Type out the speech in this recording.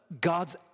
God's